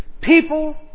People